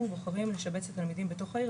בוחרים לשבץ את התלמידים בתוך העיר,